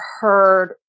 heard